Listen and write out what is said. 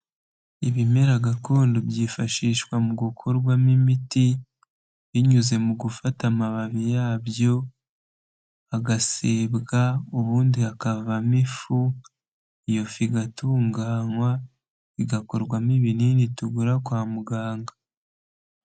Ibimera gakondo byifashishwa mu gukorwamo imiti, binyuze mu gufata amababi yabyo agasebwa, ubundi hakavamo ifu, iyo fu igatunganywa igakorwamo ibinini, tugura kwa muganga.